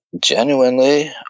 genuinely